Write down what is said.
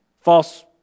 False